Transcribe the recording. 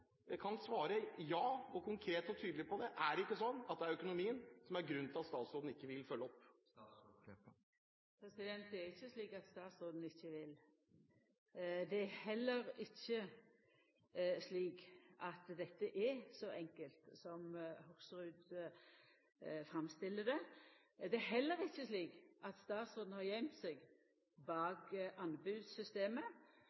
statsråden kan svare ja, og konkret og tydelig på det. Er det ikke slik at det er økonomien som er grunnen til at statsråden ikke vil følge dette opp? Det er ikkje slik at statsråden ikkje vil. Det er heller ikkje slik at dette er så enkelt som Hoksrud framstiller det. Og det er heller ikkje slik at statsråden har gøymt seg